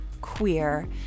queer